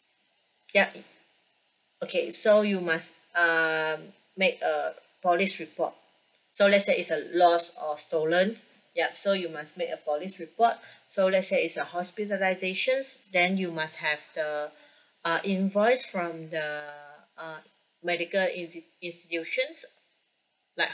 ya it okay so you must uh make a police report so let's say it's a lost or stolen ya so you must make a police report so let's say it's a hospitalisation then you must have the uh invoice from the uh medical insti~ institutions like